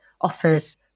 offers